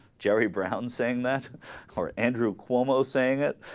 jerry brown and saying that for andrew cuomo saying that